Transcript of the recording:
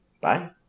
bye